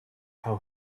how